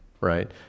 right